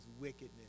wickedness